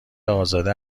ازاده